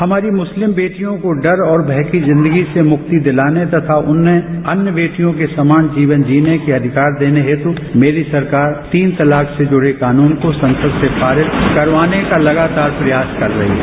हमारी मुस्लिम बेटियों को डर और भय की जिंदगी से मुक्ति दिलाने तथा उन्हें अन्य बेटियों के समान जीवन जीने के अधिकार देने हेत मेरी सरकार तीन तलाक से जूड़े कानून को संसद से पारित करवाने का लगातार प्रयास कर रही है